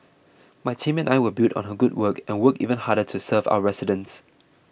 my team and I will build on her good work and work even harder to serve our residents